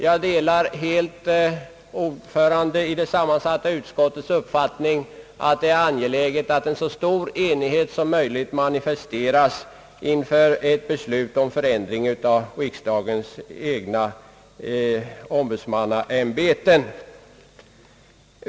Jag delar helt ordförandens i det sammansatta utskottet uppfattning ati dei är angeläget att så stor enighet som möjligt manifesteras inför ett beslut om förändring av riksdagens egna ombudsmannaämbeten.